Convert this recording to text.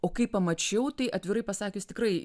o kai pamačiau tai atvirai pasakius tikrai